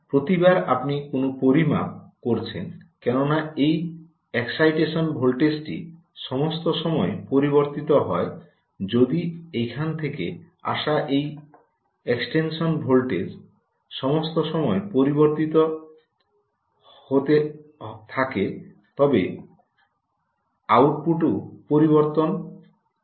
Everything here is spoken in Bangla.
প্রতিবার আপনি কোনও পরিমাপ করছেন কেননা এই এক্সাইটেশন ভোল্টেজটি সমস্ত সময় পরিবর্তিত হয় যদি এখান থেকে আসা এই এক্সাইটেশন ভোল্টেজ সমস্ত সময় পরিবর্তিত হতে থাকে তবে আউটপুটও পরিবর্তিত হতে চলেছে